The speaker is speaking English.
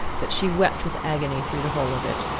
that she wept with agony through the whole of it.